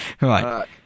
Right